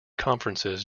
conferences